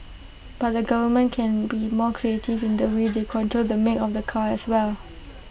but the government can be more creative in the way they control the make of the car as well